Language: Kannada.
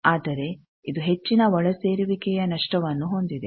ಆದರೆ ಇದು ಹೆಚ್ಚಿನ ಒಳಸೇರುವಿಕೆಯ ನಷ್ಟವನ್ನು ಹೊಂದಿದೆ